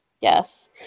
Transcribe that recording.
Yes